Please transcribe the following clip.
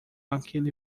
aquele